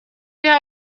jij